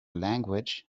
language